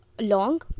long